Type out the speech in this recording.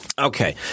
Okay